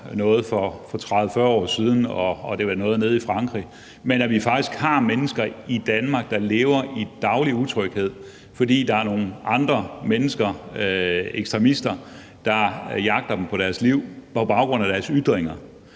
noget for 30-40 år siden og noget nede i Frankrig, men at vi faktisk har mennesker i Danmark, der lever i daglig utryghed, fordi der er nogle andre mennesker, ekstremister, der jagter dem på deres liv på grund af deres ytringer.